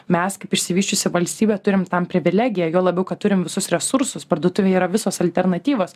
mes kaip išsivysčiusi valstybė turim tam privilegiją juo labiau kad turim visus resursus parduotuvėje yra visos alternatyvos